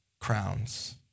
crowns